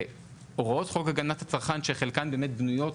והוראות חוק הגנת הצרכן שחלקן באמת בנויות